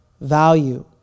value